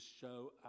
show